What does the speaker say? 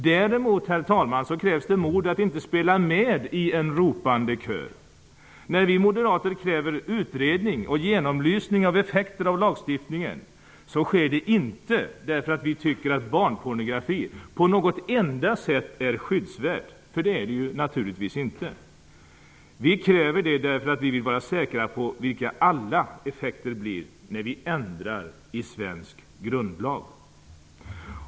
Herr talman! Däremot krävs det mod att inte spela med i en ropande kör. När vi moderater kräver utredning och genomlysning av effekterna av lagstiftningen sker det inte därför att vi tycker att barnpornografi på något enda sätt är skyddsvärt. Det är det naturligtvis inte. Vi kräver det därför att vi vill vara säkra på vilka alla effekter blir när vi ändrar i svensk grundlag.